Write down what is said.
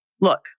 look